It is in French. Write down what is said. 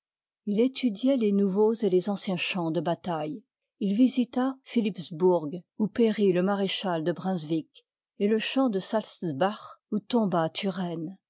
il ëtudioit les nouveaux et les anciens champs de bataille il visita philipsbourg où périt le maréclial de brunswick et le champ de saltzbach où tomba